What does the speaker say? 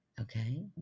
okay